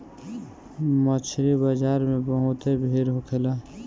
मछरी बाजार में बहुते भीड़ होखेला